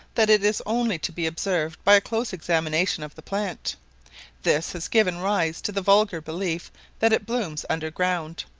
that it is only to be observed by a close examination of the plant this has given rise to the vulgar belief that it blooms under ground.